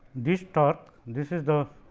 these torque this is the